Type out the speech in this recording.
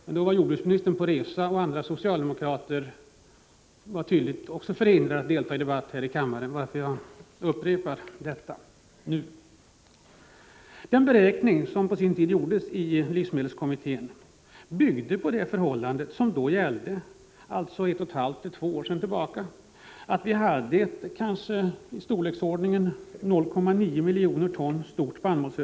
Men då var jordbruksministern på resa, och även andra socialdemokrater var tydligen förhindrade att delta i debatten här i kammaren. Därför upprepar jag nu detta. Den beräkning som livsmedelskommittén gjorde för 1,5-2 år sedan byggde på det förhållandet att vi hade ett spannmålsöverskott på kanske 0,9 miljoner ton.